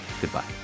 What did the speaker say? Goodbye